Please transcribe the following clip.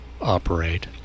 operate